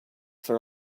for